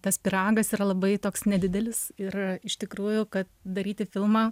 tas pyragas yra labai toks nedidelis ir iš tikrųjų kad daryti filmą